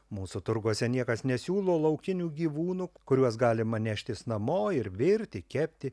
mūsų turguose niekas nesiūlo laukinių gyvūnų kuriuos galima neštis namo ir virti kepti